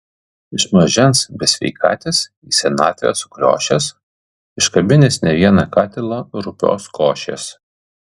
iš mažens besveikatis į senatvę sukriošęs iškabinęs ne vieną katilą rupios košės